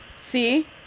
See